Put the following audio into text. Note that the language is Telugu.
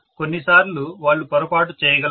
కొన్నిసార్లు వాళ్ళు పొరపాటు చేయగలరు